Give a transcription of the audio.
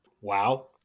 Wow